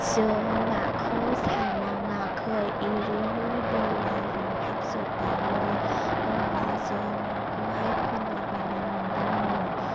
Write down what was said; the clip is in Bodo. जों नाखौ सारनाङाखै एरैनो दैया रानथाबजोबबायमोन होनब्ला जों नाखौहाय खनला बायना मोनदोंमोन